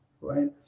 right